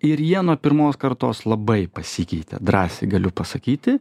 ir jie nuo pirmos kartos labai pasikeitė drąsiai galiu pasakyti